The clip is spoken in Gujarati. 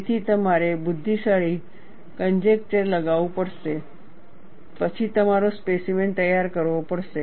તેથી તમારે બુદ્ધિશાળી કનજેકચર લગાવવું પડશે અને પછી તમારો સ્પેસીમેન તૈયાર કરવો પડશે